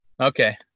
Okay